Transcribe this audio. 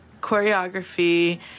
choreography